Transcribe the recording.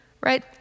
right